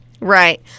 Right